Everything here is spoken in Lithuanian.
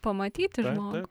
pamatyti žmogų